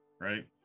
right